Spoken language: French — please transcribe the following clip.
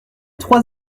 trois